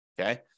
Okay